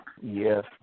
Yes